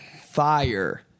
fire